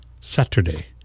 Saturday